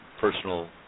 personal